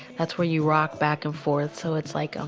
that's when you rock back and forth so it's like, ah